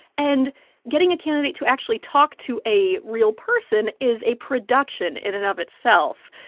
and getting a candidate to actually talk to a real person is a production in and of itself.